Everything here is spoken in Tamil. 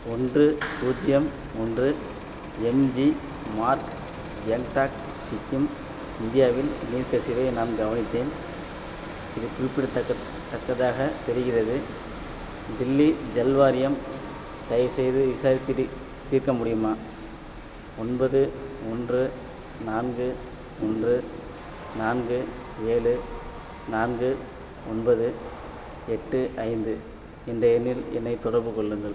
ஒன்று பூஜ்ஜியம் ஒன்று எம்ஜி மார்க் கேங்டாக் சிக்கிம் இந்தியாவில் நீர் கசிவை நான் கவனித்தேன் இது குறிப்பிடத்தக்க தக்கதாகத் தெரிகின்றது தில்லி ஜல் வாரியம் தயவுசெய்து விசாரித்து தி தீர்க்க முடியுமா ஒன்பது ஒன்று நான்கு ஒன்று நான்கு ஏழு நான்கு ஒன்பது எட்டு ஐந்து என்ற எண்ணில் என்னைத் தொடர்பு கொள்ளுங்கள்